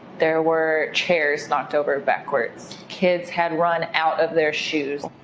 there were chairs knocked over backwards. kids had run out of their shoes.